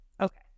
okay